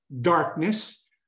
darkness